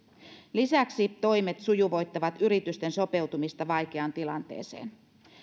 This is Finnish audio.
lisäksi toimet sujuvoittavat yritysten sopeutumista vaikeaan tilanteeseen